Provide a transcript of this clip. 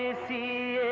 ah see